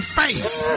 face